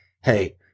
hey